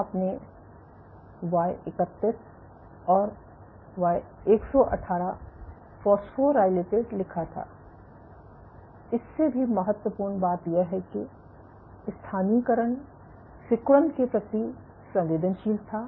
तो आपने वाय31 और वाय 118 फोस्फोरायलेटेड लिखा था और इससे भी महत्वपूर्ण बात यह है कि स्थानीयकरण सिकुड़न के प्रति संवेदनशील था